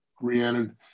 Rhiannon